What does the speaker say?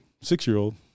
six-year-old